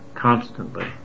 Constantly